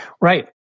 Right